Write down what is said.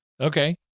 Okay